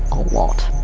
a lot.